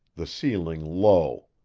the ceiling low.